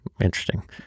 Interesting